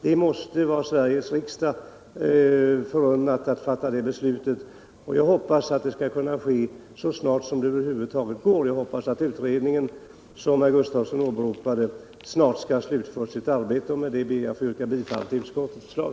Det måste vara Sveriges riksdag förunnat att fatta beslut om det. Jag hoppas att det skall kunna ske så snart som det över huvud taget går. Jag hoppas att utredningen, som herr Gustavsson åberopade, snart skall ha slutfört sitt arbete. Herr talman! Med detta ber jag att få yrka bifall till utskottets förslag.